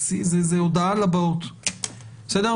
זה הודעה לבאות, בסדר?